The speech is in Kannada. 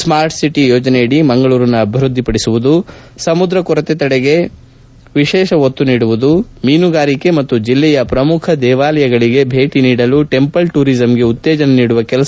ಸ್ಟಾರ್ಟ್ ಸಿಟಿ ಯೋಜನೆಯಡಿ ಮಂಗಳೂರನ್ನು ಅಭಿವೃದ್ಧಿಪಡಿಸುವುದು ಸಮುದ್ರ ಕೊರೆತ ತಡೆಗೆ ವಿಶೇಷ ಒತ್ತು ನೀಡುವುದು ಮೀನುಗಾರಿಕೆ ಮತ್ತು ಜಿಲ್ಲೆಯ ಪ್ರಮುಖ ದೇವಾಲಯಗಳಗೆ ಭೇಟಿ ನೀಡಲು ಟೆಂಪಲ್ ಟೂರಿಸಂಗೆ ಉತ್ತೇಜನ ನೀಡುವ ಕೆಲಸ ಮಾಡಲಾಗುವುದು ಎಂದು ಹೇಳಿದರು